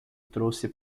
trouxe